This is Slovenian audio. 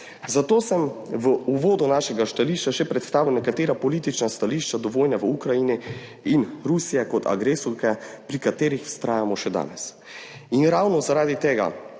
Zato sem v uvodu našega stališča predstavil še nekatera politična stališča do vojne v Ukrajini in Rusije kot agresorke, pri katerih vztrajamo še danes. In ravno zaradi tega,